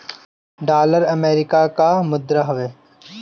dollar America कअ मुद्रा हवे